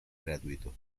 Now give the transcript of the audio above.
gratuitos